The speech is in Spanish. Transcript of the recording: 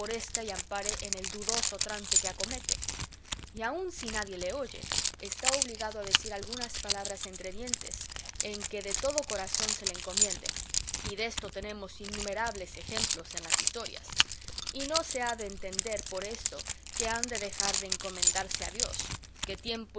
y ampare en el dudoso trance que acomete y aun si nadie le oye está obligado a decir algunas palabras entre dientes en que de todo corazón se le encomiende y desto tenemos innumerables ejemplos en las historias y no se ha de entender por esto que han de dejar de encomendarse a dios que